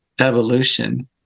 evolution